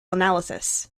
analysis